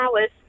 hours